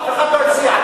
אף אחד לא הציע.